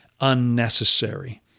unnecessary